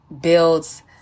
builds